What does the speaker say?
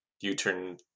U-turn